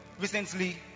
recently